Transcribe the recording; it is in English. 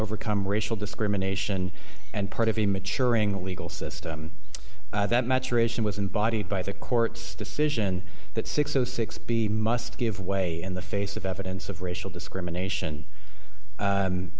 overcome racial discrimination and part of the maturing legal system that maturation was embodied by the court's decision that six o six b must give way in the face of evidence of racial discrimination